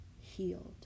healed